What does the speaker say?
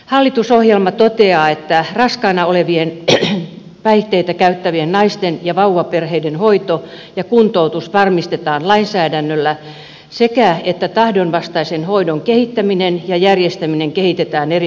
hallitusohjelma toteaa että raskaana olevien päihteitä käyttävien naisten ja vauvaperheiden hoito ja kuntoutus varmistetaan lainsäädännöllä ja että tahdonvastaisen hoidon kehittäminen ja järjestäminen keskitetään erityisvastuualueille